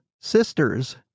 sisters